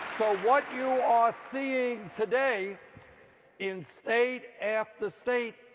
what you ah see today in state after state